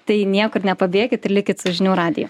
tai niekur nepabėkit ir likit su žinių radijui